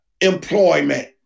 employment